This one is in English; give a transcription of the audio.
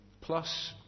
Plus